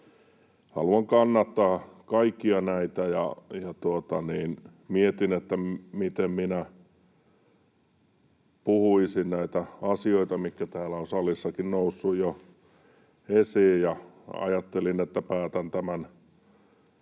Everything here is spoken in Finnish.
haluan kannattaa kaikkia näitä. Mietin, miten minä puhuisin näistä asioista, mitkä ovat täällä salissakin nousseet jo esiin, ja ajattelin, että päätän hyvin